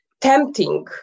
tempting